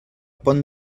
pont